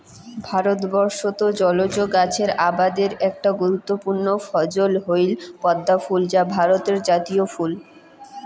ভারতবর্ষত জলজ গছের আবাদের একটা গুরুত্বপূর্ণ ফছল হইল পদ্মফুল যা ভারতের জাতীয় ফুল